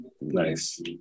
Nice